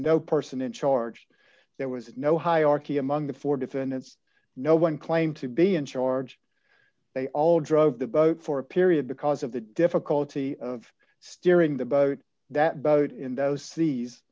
no person in charge there was no hierarchy among the four defendants no one claimed to be in charge they all drove the boat for a period because of the difficulty of steering the boat that boat in those